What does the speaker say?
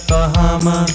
Bahama